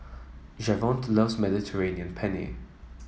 Javonte loves Mediterranean Penne